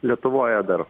lietuvoje dar